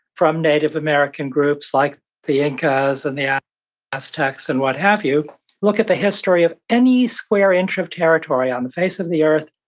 from native american groups like the incas and the yeah aztecs, and what have you look at the history of any square inch of territory on the face of the earth,